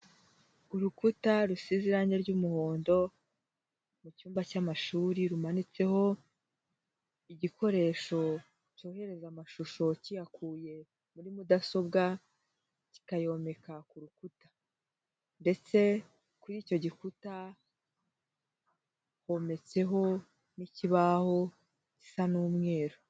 Urukuta rusize irangi ry'umuhondo mu cyumba cy'amashuri rumanitseho igikoresho cyohereza amashusho kiyakuye muri mudasobwa kikayomeka ku rukuta ndetse kuri icyo gikuta hometseho n'ikibaho gisa n'umweru.